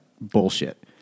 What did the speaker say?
bullshit